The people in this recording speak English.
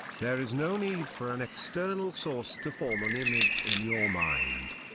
there is no need for an external source to form an image in your mind.